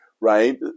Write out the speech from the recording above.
Right